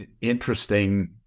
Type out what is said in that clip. Interesting